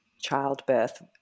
childbirth